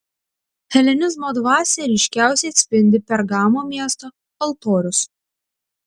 helenizmo dvasią ryškiausiai atspindi pergamo miesto altorius